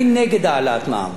אבל הוא משבח את שר האוצר.